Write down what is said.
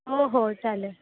हो हो चालेल